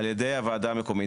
על ידי הוועדה המקומית.